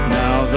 now